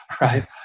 right